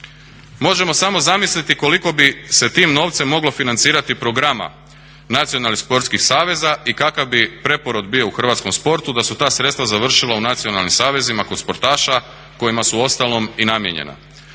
Možemo samo zamisliti koliko bi se tim novcem mogao financirati programa nacionalnih sportskih saveza i kakav bi preporod bio u hrvatskom sportu da su ta sredstva završila u nacionalnim savezima kod sportaša kojima su uostalom i namijenjena.